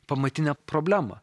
pamatinę problemą